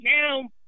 now